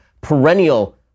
perennial